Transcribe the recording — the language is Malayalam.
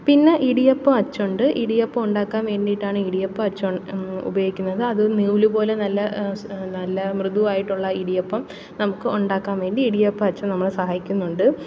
പിന്നെ ഇടിയപ്പം അച്ചുണ്ട് ഇടിയപ്പം ഉണ്ടാക്കാൻ വേണ്ടിയിട്ടാണ് ഇടിയപ്പം അച്ച് ഉപയോഗിക്കുന്നത് അത് നൂലുപോലെ നല്ല നല്ല മൃദുവായിട്ടുള്ള ഇടിയപ്പം നമുക്ക് ഉണ്ടാക്കാൻ വേണ്ടി ഇടിയപ്പ അച്ച് നമ്മളെ സഹായിക്കുന്നുണ്ട്